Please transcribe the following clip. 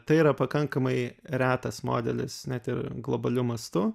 tai yra pakankamai retas modelis net ir globaliu mastu